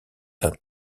d’un